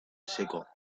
seco